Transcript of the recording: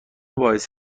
باعث